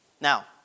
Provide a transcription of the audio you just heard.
Now